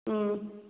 ꯎꯝ